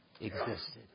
existed